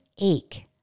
ache